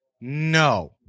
no